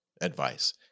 advice